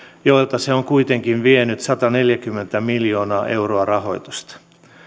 joilta se on kuitenkin vienyt sataneljäkymmentä miljoonaa euroa rahoitusta